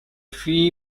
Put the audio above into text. fee